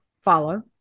follow